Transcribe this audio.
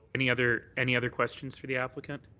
any other any other questions for the applicant?